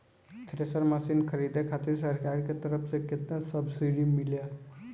Thresher machine खरीदे खातिर सरकार के तरफ से केतना सब्सीडी मिली?